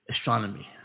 astronomy